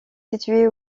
situé